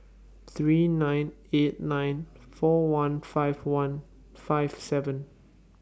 three nine eight nine four one five one five seven